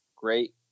Great